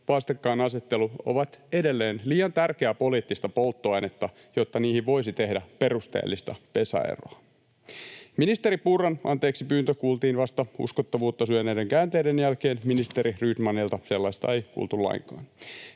vastakkainasettelu ovat edelleen liian tärkeää poliittista polttoainetta, jotta niihin voisi tehdä perusteellista pesäeroa? Ministeri Purran anteeksipyyntö kuultiin vasta uskottavuutta syöneiden käänteiden jälkeen, ministeri Rydmanilta sellaista ei kuultu lainkaan.